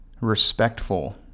respectful